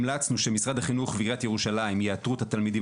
המלצנו שמשרד החינוך ועיריית ירושלים יאתרו את התלמידים